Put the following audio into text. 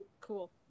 Cool